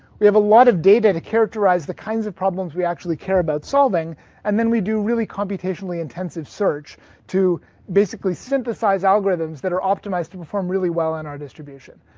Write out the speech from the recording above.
we have a lot of data to characterize the kinds of problems we actually care about solving and then we do really computationally intensive search to basically synthesize algorithms that are optimized to perform really well in our distribution.